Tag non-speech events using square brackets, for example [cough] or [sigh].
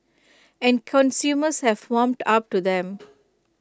and consumers have warmed up to them [noise]